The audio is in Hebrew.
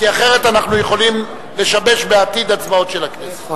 כי אחרת אנחנו יכולים לשבש בעתיד הצבעות של הכנסת.